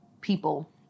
people